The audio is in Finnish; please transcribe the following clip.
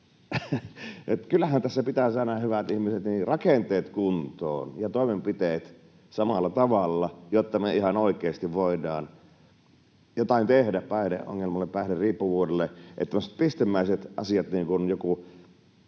kyllähän tässä pitää saada, hyvät ihmiset, rakenteet kuntoon ja toimenpiteet samalla tavalla, jotta me ihan oikeasti voidaan jotain tehdä päihdeongelmalle, päihderiippuvuudelle. Tämmöiset pistemäiset asiat, että joku